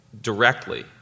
directly